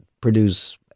produce